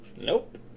Nope